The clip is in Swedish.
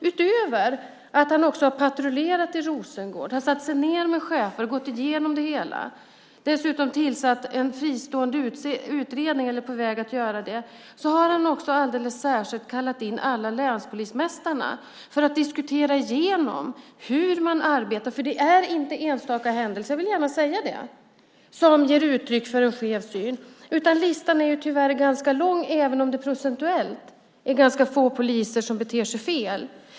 Utöver att han också har patrullerat i Rosengård, har satt sig ned med chefer och gått igenom det hela och dessutom är på väg att tillsätta en fristående utredning har han alldeles särskilt kallat in alla länspolismästarna för att diskutera igenom hur man arbetar. Det är inte enstaka händelser, jag vill gärna säga det, som ger uttryck för en skev syn, utan listan är tyvärr lång även om det procentuellt är ganska få poliser som beter sig fel.